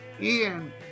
Ian